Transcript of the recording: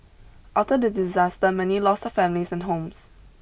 after the disaster many lost their families and homes